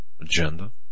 agenda